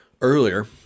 earlier